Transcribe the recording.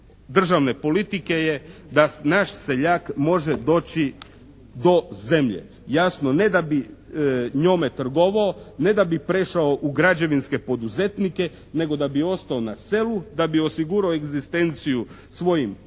državne politike je da naš seljak može doći do zemlje. Jasno, ne da bi njome trgovao, ne da bi prešao u građevinske poduzetnike nego da bi ostao na selu, da bi osigurao egzistenciju svojim potomcima,